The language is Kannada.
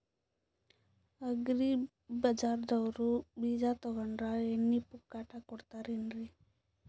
ಅಗ್ರಿ ಬಜಾರದವ್ರು ಬೀಜ ತೊಗೊಂಡ್ರ ಎಣ್ಣಿ ಪುಕ್ಕಟ ಕೋಡತಾರೆನ್ರಿ?